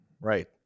right